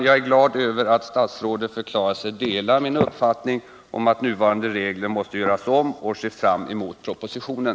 Jag är glad över att statsrådet förklarar sig dela min uppfattning om att nuvarande regler måste göras om, och jag ser fram mot propositionen.